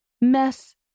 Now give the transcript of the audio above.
mess